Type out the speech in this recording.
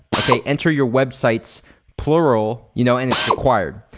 okay? enter your websites plural you know and it's required.